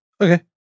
Okay